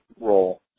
role